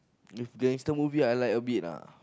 if gangster movie I like a bit ah